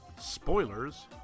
Spoilers